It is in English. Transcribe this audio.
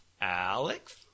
Alex